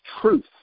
truth